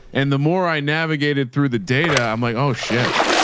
and the more i navigated through the data, i'm like, oh shit,